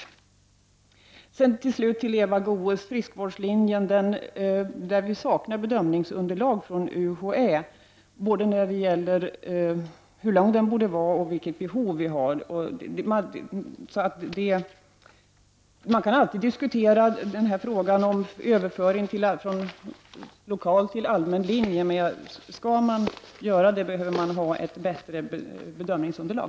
Till Eva Goés vill jag säga att i fråga om friskvårdslinjen saknar vi bedömningsunderlag från UHÄ både när det gäller hur lång den borde vara och när det gäller vilket behov vi har. Man kan alltid diskutera frågan om överföring från lokal till allmän linje, men då behöver man ha ett bättre bedömningsunderlag.